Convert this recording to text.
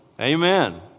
Amen